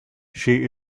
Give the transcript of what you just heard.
she